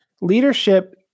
leadership